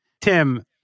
Tim